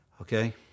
Okay